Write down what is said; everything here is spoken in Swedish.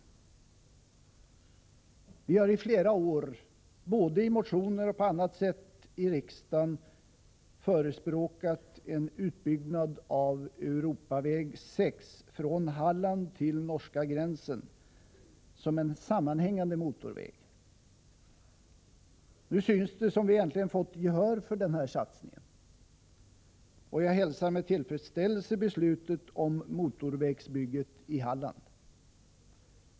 Vi har i riksdagen i flera år, både i motioner och på annat sätt, förespråkat en utbyggnad av Europaväg 6 från Halland till norska gränsen som en sammanhängande motorväg. Nu synes det som om vi äntligen skulle ha fått gehör för denna satsning, och jag hälsar med tillfredsställelse beslutet om motorvägsbygget i Halland.